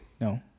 No